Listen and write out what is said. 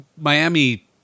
Miami